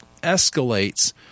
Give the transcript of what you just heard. escalates